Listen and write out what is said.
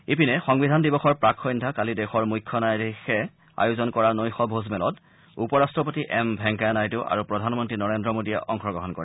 ইপিনে সংবিধান দিৱসৰ প্ৰাক্ সন্ধ্যা কালি দেশৰ মুখ্য ন্যায়াধীশে আয়োজন কৰা নৈশ ভোজমেলত উপ ৰাষ্ট্ৰপতি এম ভেংকায়া নাইডু আৰু প্ৰধানমন্ত্ৰী নৰেন্দ্ৰ মোদীয়ে অংশগ্ৰহণ কৰে